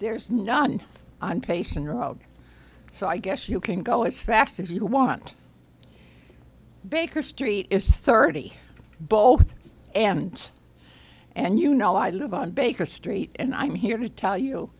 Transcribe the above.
road so i guess you can go as fast as you want baker street is thirty both ends and you know i live on baker street and i'm here to tell you